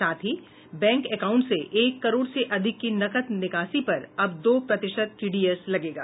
साथ ही bank account से एक करोड़ से अधिक की नकद निकासी पर अब दो प्रतिशत टीडीएस लगेगा